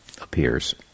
appears